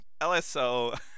LSO